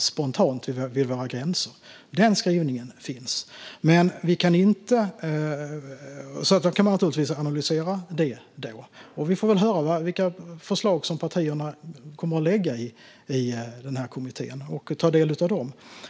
spontant till våra gränser. Den skrivningen finns. Då kan man naturligtvis analysera det. Vi får höra vilka förslag partierna lägger fram i kommittén och ta del av dem.